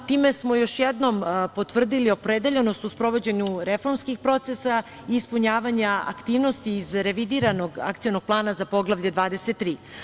Time smo još jednom potvrdili opredeljenost u sprovođenju reformskih procesa i ispunjavanja aktivnosti iz revidiranog Akcionog plana za Poglavlje 23.